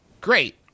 Great